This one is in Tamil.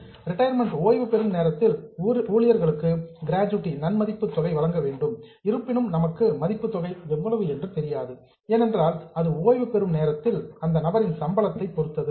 ரிட்டையர்மெண்ட் ஓய்வு பெறும் நேரத்தில் ஊழியர்களுக்கு கிராஜுவிட்டி நன்மதிப்பு தொகை வழங்க வேண்டும் இருப்பினும் நமக்கு மதிப்புத் தொகை எவ்வளவு என்று தெரியாது ஏனென்றால் அது ஓய்வு பெறும் நேரத்தில் அந்த நபரின் சம்பளத்தை பொறுத்தது